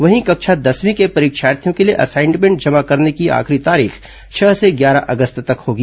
वहीं कक्षा दसवीं के परीक्षार्थियों के लिए असाइनमेंट जमा करने की आखिरी तारीख छह से ग्यारह अगस्त तक होगी